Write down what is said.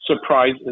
surprise